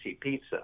pizza